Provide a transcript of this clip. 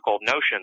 notions